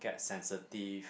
sensitive